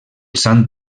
sant